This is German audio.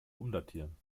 umdatieren